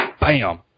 Bam